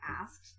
asked